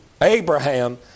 Abraham